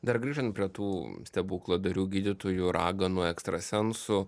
dar grįžtan prie tų stebukladarių gydytojų raganų ekstrasensų